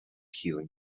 healing